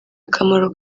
akamaro